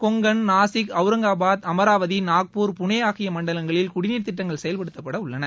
கொங்கன் நாஷிக் ஔராங்காபாத் அமராவதி நாக்பூர் புனே ஆகிய மண்டலங்களில் குடிநீர் திட்டங்கள் செயல்படுத்தப்பட உள்ளன